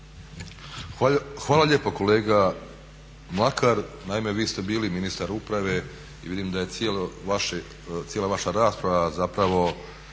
Hvala lijepo kolega Mlakar. Naime, vi ste bili ministar uprave i vidim da je cijela vaša rasprava zapravo